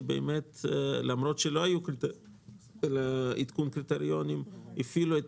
שלמרות שלא היה עדכון קריטריונים הפעילה את